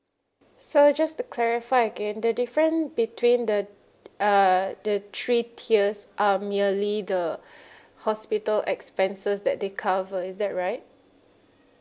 so just to clarify again the different between the uh the three tiers are merely the hospital expenses that they cover is that right